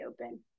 open